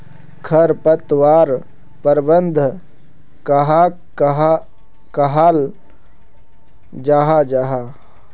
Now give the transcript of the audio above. खरपतवार प्रबंधन कहाक कहाल जाहा जाहा?